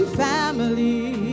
family